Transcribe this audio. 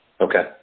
Okay